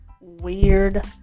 Weird